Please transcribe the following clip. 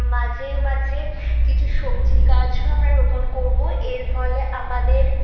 মাঝে মাঝে কিছু সবজির গাছও আমরা রোপণ করব এর ফলে আমাদের